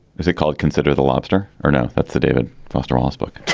is it called. consider the lobster. or no? that's a david foster wallace book.